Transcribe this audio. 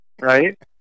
right